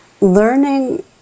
learning